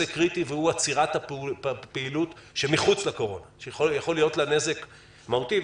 עצירת פעילות רפואית שמחוץ לקורונה שיכול להיות לה נזק מהותי.